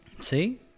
See